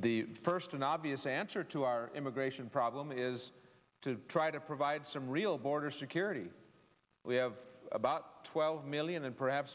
the first an obvious answer to our immigration problem is to try to provide some real border security we have about twelve million and perhaps